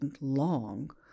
long